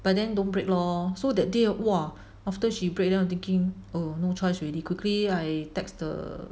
but then don't break lor so that day !wah! after she break then I'm thinking oh no choice already quickly I text the